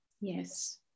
Yes